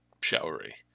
Showery